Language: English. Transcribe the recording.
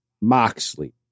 Moxley